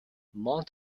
mont